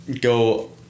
go